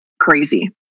crazy